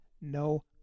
No